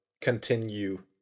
continue